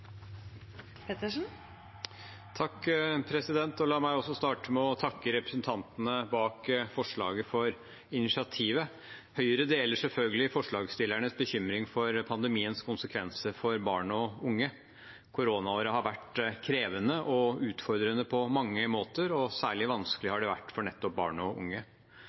La meg starte med å takke representantene bak forslaget for initiativet. Høyre deler selvfølgelig forslagsstillernes bekymring for pandemiens konsekvenser for barn og unge. Koronaåret har vært krevende og utfordrende på mange måter, og særlig vanskelig har det vært for nettopp barn og unge.